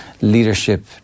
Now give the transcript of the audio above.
leadership